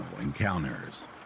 encounters